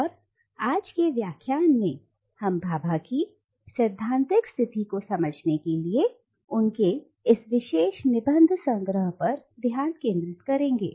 और आज के व्याख्यान में हम भाभा की सैद्धांतिक स्थिति को समझने के लिए उनके इस विशेष निबंध संग्रह पर ध्यान केंद्रित करेंगे